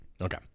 Okay